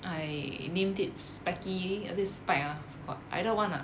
I named it specky or is it spike ah either one lah